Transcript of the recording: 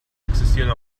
existieren